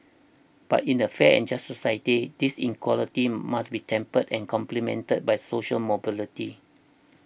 but in a fair and just society this inequality must be tempered and complemented by social mobility